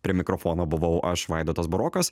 prie mikrofono buvau aš vaidotas burokas